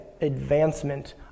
advancement